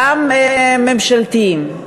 גם ממשלתיים,